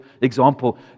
example